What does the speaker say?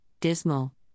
dismal